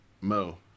Mo